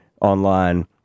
online